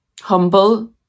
humble